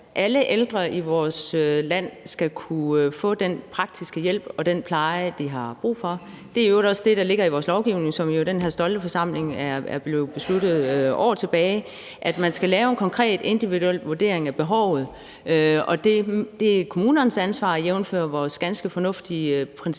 alle ældre i vores land skal kunne få den praktiske hjælp og pleje, de har brug for. Det er i øvrigt også det, der ligger i vores lovgivning, som jo af den her stolte forsamling er blevet besluttet for år tilbage, nemlig at man skal lave en konkret individuel vurdering af behovet. Det er kommunernes ansvar, jævnfør vores ganske fornuftige princip,